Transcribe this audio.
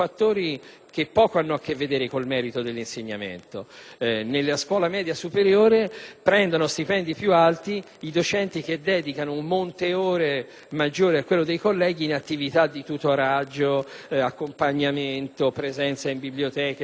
che poco hanno a che vedere con il merito dell'insegnamento. Nella scuola media superiore prendono stipendi più alti i docenti che dedicano un monte ore maggiore a quello dei colleghi in attività di tutoraggio, accompagnamento, presenza in biblioteca e così